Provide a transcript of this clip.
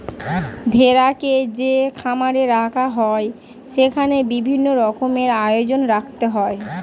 ভেড়াকে যে খামারে রাখা হয় সেখানে বিভিন্ন রকমের আয়োজন রাখতে হয়